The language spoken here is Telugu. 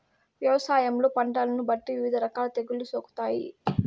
వ్యవసాయంలో పంటలను బట్టి వివిధ రకాల తెగుళ్ళు సోకుతాయి